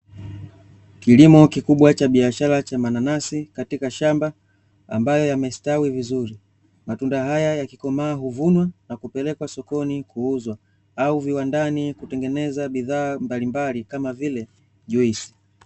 Kilimo kikubwa cha biashara cha mananasi katika shamba ambayo yamesitawi vizuri. Matunda haya yakikomaa huvunwa na kupelekwa sokoni kuuzwa au viwandani kutengeneza bidhaa mbalimbali kama vile juisi.